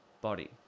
body